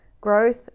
Growth